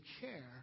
care